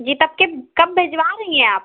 जी तब के कब भिजवा रहीं हैं आप